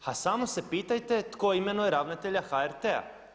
A samo se pitajte tko imenuje ravnatelja HRT-a?